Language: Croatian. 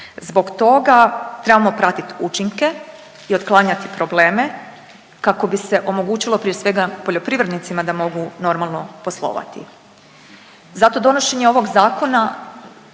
Zbog toga trebamo pratiti učinke i otklanjati probleme kako bi se omogućilo prije svega poljoprivrednicima da mogu normalno poslovati. Zato donošenje ovog zakona